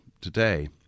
today